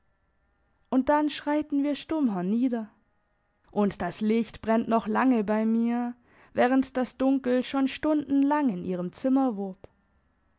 und dann schreiten wir stumm hernieder und das licht brennt noch lange bei mir während das dunkel schon stundenlang in ihrem zimmer wob